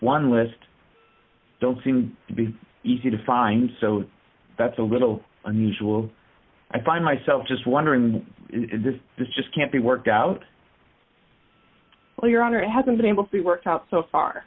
one list don't seem to be easy to find so that's a little unusual i find myself just wondering if this is just can't be worked out well your honor it hasn't been able to be worked out so far